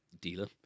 dealer